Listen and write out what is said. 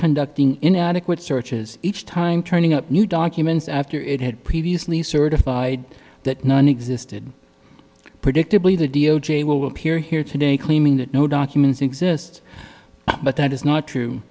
conducting inadequate searches each time turning up new documents after it had previously certified that none existed predictably the d o j will appear here today claiming that no documents exist but that is not true